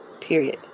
Period